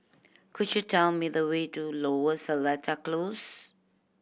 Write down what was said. could you tell me the way to Lower Seletar Close